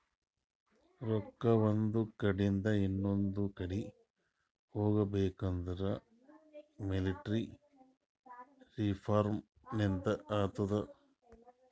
ರೊಕ್ಕಾ ಒಂದ್ ಕಡಿಂದ್ ಇನೊಂದು ಕಡಿ ಹೋಗ್ಬೇಕಂದುರ್ ಮೋನಿಟರಿ ರಿಫಾರ್ಮ್ ಲಿಂತೆ ಅತ್ತುದ್